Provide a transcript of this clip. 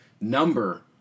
number